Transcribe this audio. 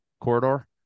corridor